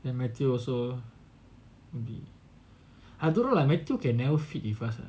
then matthew also will be I don't know like matthew can never fit with us ah